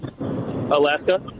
Alaska